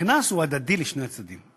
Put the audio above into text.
הקנס הוא הדדי לשני הצדדים.